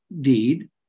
deed